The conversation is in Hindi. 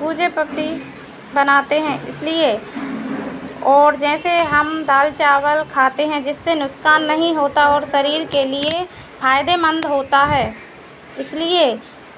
गुझी पपड़ी बनाते हैं इसलिए और जैसे हम दाल चावल खाते हैं जिससे नुकसान नहीं होता और शरीर के लिए फायदेमंद होता है इसलिए